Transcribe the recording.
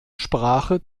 sprache